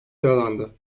yaralandı